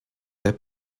der